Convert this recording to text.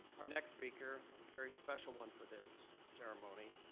our next speaker and a very special one for this ceremony